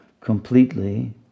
completely